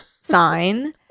Sign